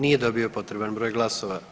Nije dobio potreban broj glasova.